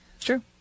True